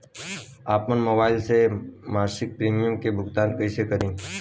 आपन मोबाइल से मसिक प्रिमियम के भुगतान कइसे करि?